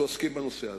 שעוסקים בנושא הזה.